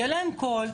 יהיה להם קול,